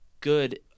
good